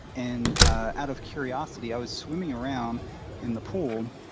and ah out of curiosity, i was swimming around in the pool